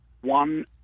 one